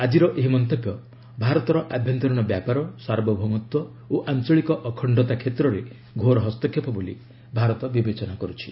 ଆଜିର ଏହି ମନ୍ତବ୍ୟ ଭାରତର ଆଭ୍ୟନ୍ତରୀଣ ବ୍ୟାପାର ସାର୍ବଭୌମତ୍ୱ ଓ ଆଞ୍ଚଳିକ ଅଖଣ୍ଡତା କ୍ଷେତ୍ରରେ ଘୋର ହସ୍ତକ୍ଷେପ ବୋଲି ଭାରତ ବିବେଚନା କରୁଛି